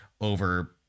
over